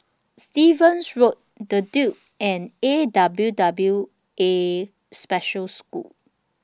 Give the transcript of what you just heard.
Stevens Road The Duke and A W W A Special School